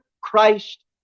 christ